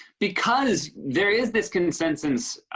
because there is this consensus